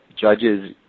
judges